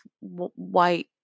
white